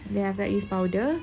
then after that use powder